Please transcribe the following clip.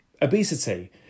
obesity